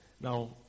Now